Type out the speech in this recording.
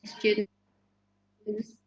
Students